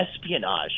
espionage